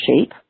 shape